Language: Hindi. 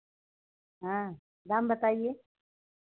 हाँ दाम बताइए